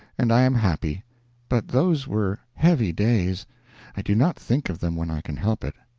and i am happy but those were heavy days i do not think of them when i can help it.